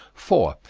four.